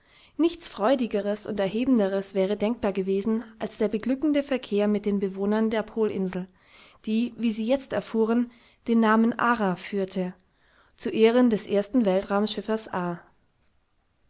nichts freudigeres und erhebenderes wäre denkbar gewesen als der beglückende verkehr mit den bewohnern der polinsel die wie sie jetzt erfuhren den namen ara führte zu ehren des ersten weltraumschiffers ar